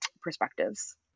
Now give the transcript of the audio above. perspectives